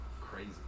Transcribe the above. crazy